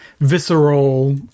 visceral